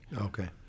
okay